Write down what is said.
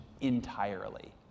entirely